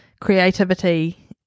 creativity